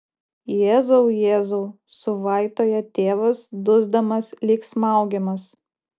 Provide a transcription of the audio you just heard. jėzau jėzau suvaitoja tėvas dusdamas lyg smaugiamas